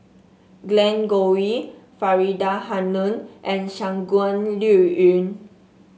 Glen Goei Faridah Hanum and Shangguan Liuyun